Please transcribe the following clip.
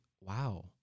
wow